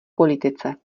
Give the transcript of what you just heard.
politice